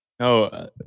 No